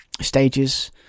stages